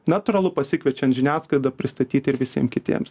natūralu pasikviečiant žiniasklaidą pristatyti ir visiem kitiems